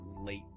late